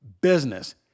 business